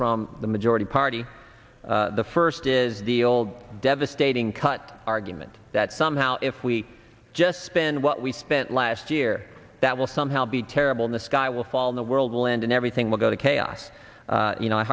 from the majority party the first is the old devastating cut argument that somehow if we just spend what we spent last year that will somehow be terrible in the sky will fall in the world will end and everything will go to chaos you know i